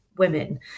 Women